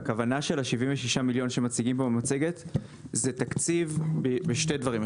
הכוונה של 76 מיליון שמציגים פה במצגת זה תקציב בשני דברים.